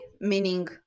meaning